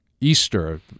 Easter